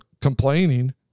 complaining